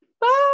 Bye